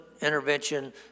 intervention